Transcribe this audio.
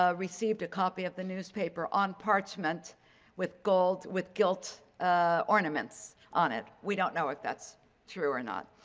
ah received a copy of the newspaper on parchment with gold, with gilt ah ornaments on it. we don't know if that's true or not.